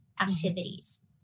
activities